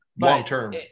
long-term